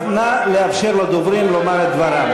אז נא לאפשר לדוברים לומר את דברם.